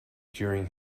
during